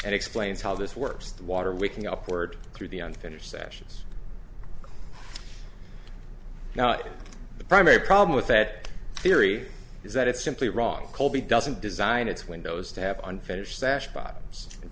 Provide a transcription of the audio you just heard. and explains how this works the water waking up word through the unfinished sessions the primary problem with that theory is that it's simply wrong colby doesn't design its windows to have unfinished